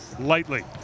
lightly